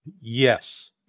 Yes